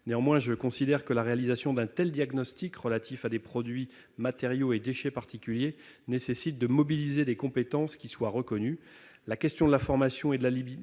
Néanmoins, je considère que la réalisation d'un tel diagnostic, relatif à des produits, matériaux et déchets particuliers, nécessite de mobiliser des compétences qui soient reconnues. La question de la formation et de l'habilitation